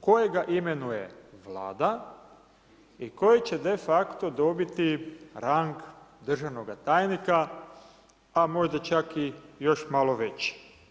kojega imenuje Vlada i koji će defacto dobiti rang državnoga tajnika, a možda čak i još malo veći.